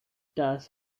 das